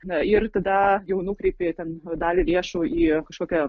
na ir tada jau nukreipi ten dalį lėšų į kažkokią